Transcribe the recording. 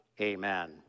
amen